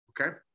Okay